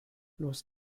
los